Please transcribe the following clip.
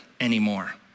anymore